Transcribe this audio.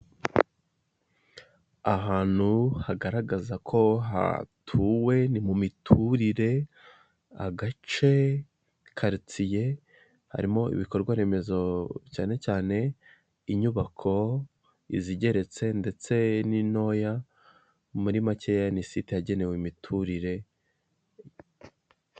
Ahantu hagaragaza ko hatuwe, ni mu miturire, agace karitsiye harimo ibikorwaremezo cyane cyane inyubako izigeretse ndetse n'intoya, muri make ya ni site yagenewe imiturire.